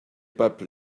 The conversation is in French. papes